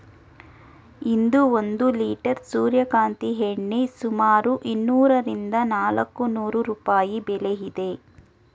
ಇಂದು ಒಂದು ಲಿಟರ್ ಸೂರ್ಯಕಾಂತಿ ಎಣ್ಣೆ ಸುಮಾರು ಇನ್ನೂರರಿಂದ ನಾಲ್ಕುನೂರು ರೂಪಾಯಿ ಬೆಲೆ ಇದೆ